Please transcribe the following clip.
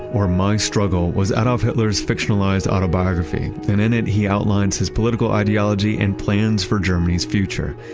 or my struggle, was adolf hitler's fictionalized autobiography, and in it, he outlines his political ideology and plans for germany's future.